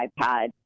iPad